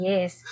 Yes